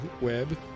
web